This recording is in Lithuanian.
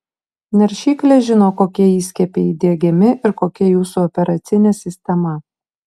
naršyklė žino kokie įskiepiai įdiegiami ir kokia jūsų operacinė sistema